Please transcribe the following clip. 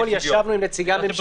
לכן גם אתמול ישבנו עם נציגי הממשלה.